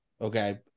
Okay